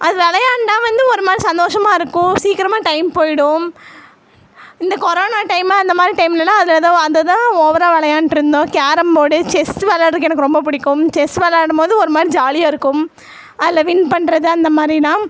அது விளையாண்டா வந்து ஒரு மாதிரி சந்தோஷமாக இருக்கும் சீக்கிரமாக டைம் போயிடும் இந்த கொரோனா டைமு அந்த மாதிரி டைமெலலாம் அதில் ஏதோ அதைதான் ஓவராக விளையாண்ட்ருந்தோம் கேரம்போர்டு செஸ் விளையாட்றக்கு எனக்கு ரொம்ப பிடிக்கும் செஸ் விளையாடும் போது ஒரு மாதிரி ஜாலியாக இருக்கும் அதில் வின் பண்ணுறது அந்த மாதிரிலாம்